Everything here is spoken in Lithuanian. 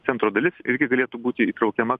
centro dalis irgi galėtų būti įtraukiama